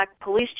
police